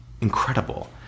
incredible